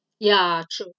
ya true